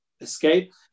escape